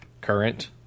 current